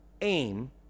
aim